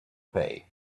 pay